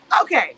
Okay